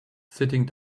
sitting